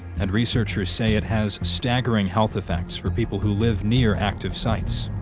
and researchers say it has staggering health effects for people who live near active sites.